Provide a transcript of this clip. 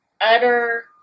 utter